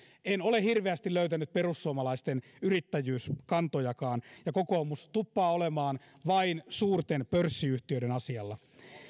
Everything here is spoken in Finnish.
en ole hirveästi löytänyt perussuomalaisten yrittäjyyskantojakaan ja kokoomus tuppaa olemaan vain suurten pörssiyhtiöiden asialla